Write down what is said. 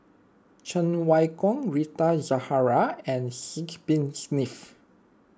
Cheng Wai Keung Rita Zahara and Sidek Bin Saniff